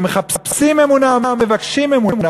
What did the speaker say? ומחפשים אמונה ומבקשים אמונה.